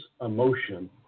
emotion